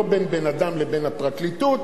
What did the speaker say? ולא בין בן-אדם לבין הפרקליטות,